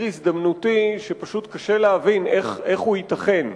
הזדמנותי שפשוט קשה להבין איך הוא ייתכן.